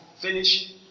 Finish